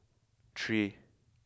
three